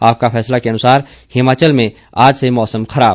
आपका फैसला के अनुसार हिमाचल में आज से मौसम खराब